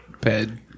bed